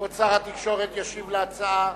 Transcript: כבוד שר התקשורת ישיב על ההצעה,